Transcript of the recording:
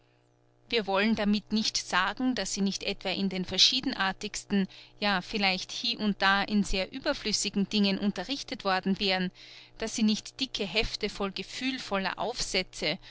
wir wollen damit nicht sagen daß sie nicht etwa in den verschiedenartigsten ja vielleicht hie und da in sehr überflüssigen dingen unterrichtet worden wären daß sie nicht dicke hefte voll gefühlvoller aufsätze